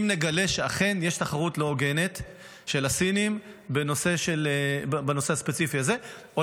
אם נגלה שאכן יש תחרות לא הוגנת של הסינים בנושא הספציפי הזה או,